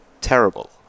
terrible